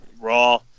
raw